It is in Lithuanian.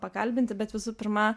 pakalbinti bet visų pirma